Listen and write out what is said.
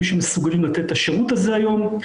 שמסוגלים לתת את השירות הזה היום,